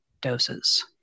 doses